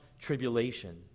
tribulation